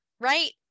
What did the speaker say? right